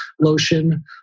lotion